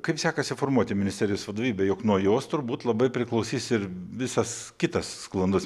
kaip sekasi formuoti ministerijos vadovybę jog nuo jos turbūt labai priklausys ir visas kitas sklandus